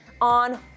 on